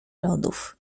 lodów